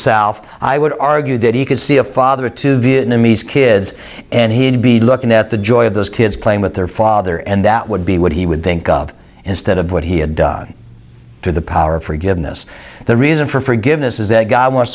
f i would argue that he could see a father of two vietnamese kids and he'd be looking at the joy of those kids playing with their father and that would be what he would think of instead of what he had done to the power of forgiveness the reason for forgiveness is that god wants